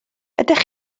ydych